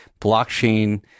blockchain